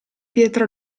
pietra